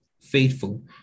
faithful